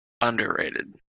Underrated